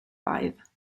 five